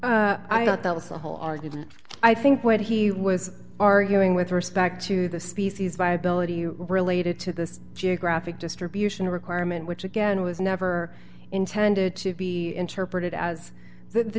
argument i think what he was arguing with respect to the species viability related to this geographic distribution requirement which again was never intended to be interpreted as the